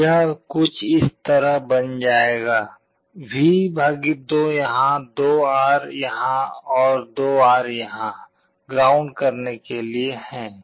यह कुछ इस तरह बन जाएगा V 2 यहां 2R यहां और 2R यहां ग्राउंड करने के लिए है